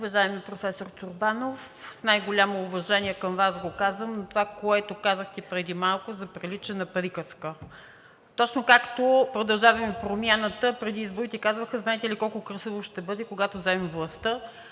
Уважаеми професор Чорбанов, с най-голямо уважение към Вас го казвам. Това, което казахте преди малко, заприлича на приказка. Точно както „Продължаваме Промяната“ преди изборите казваха: знаете ли колко красиво ще бъде, когато вземем властта.